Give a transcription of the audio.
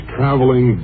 Traveling